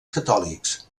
catòlics